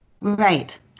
Right